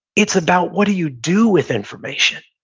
it's about what do you do with information.